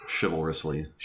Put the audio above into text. Chivalrously